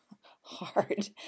hard